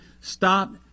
stop